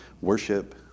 worship